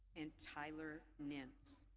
and tyler nibbs.